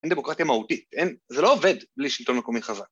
‫אין דמוקרטיה מהותית, אין. ‫זה לא עובד בלי שלטון מקומי חבר.